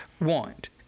want